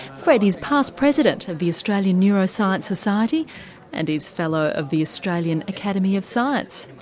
fred is past president of the australian neuroscience society and is fellow of the australian academy of science.